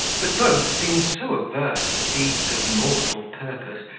but both seemed so averse to deeds of mortal purpose,